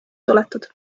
suletud